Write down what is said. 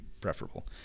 preferable